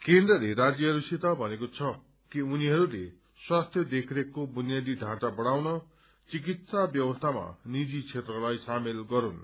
केन्द्रले राज्यहस्सित भनेको छ कि उनीहरूले स्वास्थ्य देखरेखको बुनियादी ढाँचा बढ़ाउन थिकित्सा व्ययवस्थामा निजी क्षेत्रलाई सामेल गरून्